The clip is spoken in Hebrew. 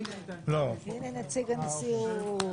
שלום נציג הנשיאות.